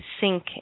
sink